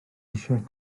eisiau